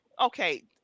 okay